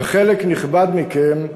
וחלק נכבד מכם חדשים.